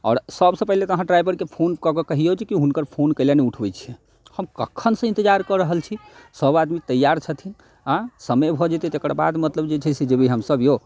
आओर सबसँ पहिलऽ तऽ अहाँ ड्राइवरके फोन कऽ कऽ कहिऔ जेकि हुनकर फोन कएलए नहि उठबै छिए हम कखनसँ इन्तजार कऽ रहल छी सब आदमी तैआर छथिन आँ समय भऽ जेतै तकर बाद मतलब जे छै से जेबै हमसब यौ